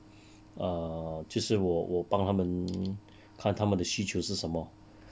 err 就是我我帮他们看他们的需求是什么